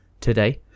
today